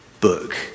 book